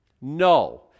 No